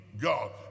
God